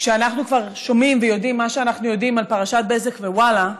כשאנחנו כבר שומעים ויודעים מה שאנחנו יודעים על פרשת וואלה ובזק,